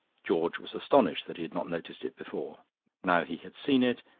george was astonished that he had not noticed it before now he had seen it,